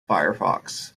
firefox